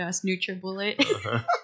NutriBullet